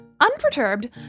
Unperturbed